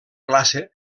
classe